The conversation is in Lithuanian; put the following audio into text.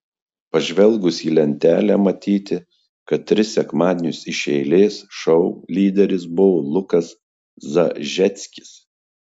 pažvelgus į lentelę matyti kad tris sekmadienius iš eilės šou lyderis buvo lukas zažeckis